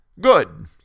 Good